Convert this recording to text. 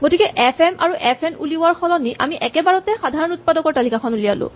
গতিকে F M আৰু F N উলিওৱাৰ সলনি আমি একেবাৰতে সাধাৰণ উৎপাদকৰ তালিকাখন উলিয়ালো